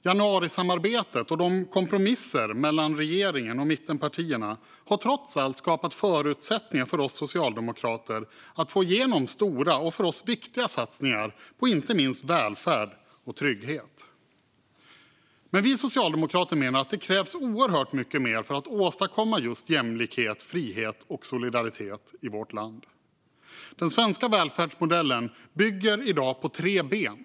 Januarisamarbetet och kompromisser mellan regeringen och mittenpartierna har trots allt skapat förutsättningar för oss socialdemokrater att få igenom stora och för oss viktiga satsningar på inte minst välfärd och trygghet. Vi socialdemokrater menar dock att det krävs oerhört mycket mer för att åstadkomma just jämlikhet, frihet och solidaritet i vårt land. Den svenska välfärdsmodellen bygger i dag på tre ben.